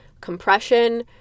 compression